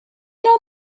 know